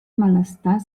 malestar